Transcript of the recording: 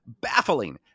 baffling